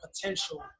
potential